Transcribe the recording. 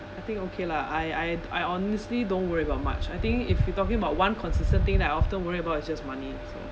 I think okay lah I I I honestly don't worry about much I think if you're talking about one consistent thing that I often worry about is just money so